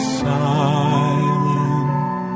silent